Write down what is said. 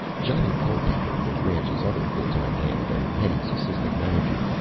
johnny culpepper, the ranch's other full-time hand and hetty's assistant manager,